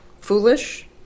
foolish